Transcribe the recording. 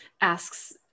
asks